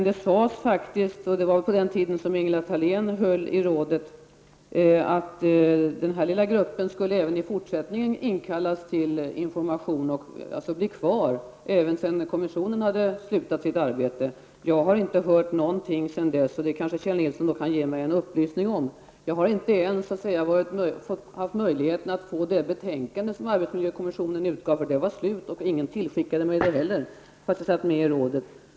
Det sades -- det var på den tid då Ingela Thalén höll i rådets arbete -- att den lilla gruppen även i fortsättningen skulle inkallas till information och bli kvar även sedan kommissionen hade avslutat sitt arbete. Jag har inte hört någonting sedan dess. Kjell Nilsson kanske kan ge mig en upplysning. Jag har inte ens fått det betänkande som arbetsmiljökommissionen utgav, för det var slut och ingen tillskickade mig ett heller, trots att jag satt med i rådet.